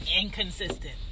inconsistent